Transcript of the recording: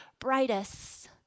brightest